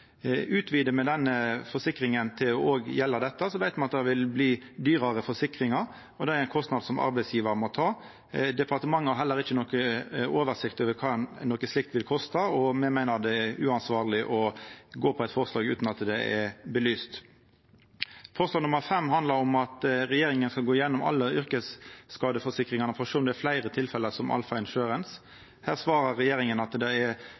Utvidar me den forsikringa til òg å gjelda dette, veit ein at det vil bli dyrare forsikringar, og det er ein kostnad som arbeidsgjevar må ta. Departementet har heller ikkje noka oversikt over kva dette vil kosta, og me meiner det er uansvarleg å gå for eit forslag utan at det er belyst. Punkt 5 handlar om at regjeringa skal gå gjennom alle yrkesskadeforsikringane for å sjå om det er fleire tilfelle som Alpha Insurance. Her svarar regjeringa at det er